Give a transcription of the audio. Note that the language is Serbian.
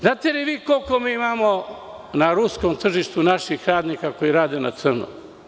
Znate li vi koliko mi imamo na ruskom tržištu naših radnika koji rade na crno?